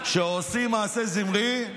שעושים מעשה זמרי,